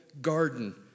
garden